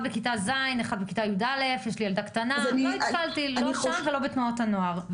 לא שם ולא בתנועות הנוער.